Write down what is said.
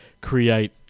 create